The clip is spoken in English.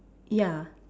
ya